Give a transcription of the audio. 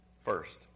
first